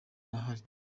arahari